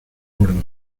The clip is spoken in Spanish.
gordo